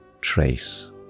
trace